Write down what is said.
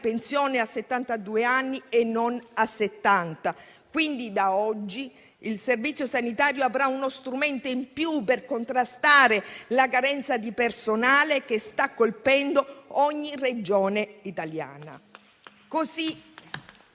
settantadue anni e non a settanta. Quindi da oggi il Servizio sanitario avrà uno strumento in più per contrastare la carenza di personale che sta colpendo ogni Regione italiana.